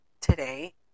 today